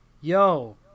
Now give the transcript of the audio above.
yo